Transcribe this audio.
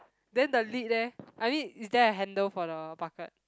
then the lid eh I mean is there a handle for the bucket